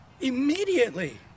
Immediately